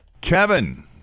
Kevin